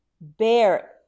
bear